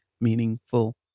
meaningful